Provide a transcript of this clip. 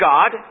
God